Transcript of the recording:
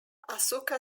asuka